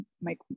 make